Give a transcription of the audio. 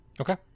Okay